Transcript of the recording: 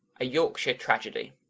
a yorkshire tragedy